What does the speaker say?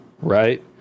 right